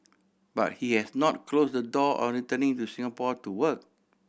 but he has not closed the door on returning to Singapore to work